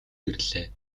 ирлээ